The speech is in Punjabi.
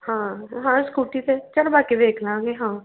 ਹਾਂ ਹਾਂ ਸਕੂਟੀ 'ਤੇ ਚਲ ਬਾਕੀ ਵੇਖ ਲਾਂਗੇ ਹਾਂ